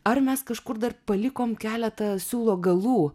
ar mes kažkur dar palikom keletą siūlo galų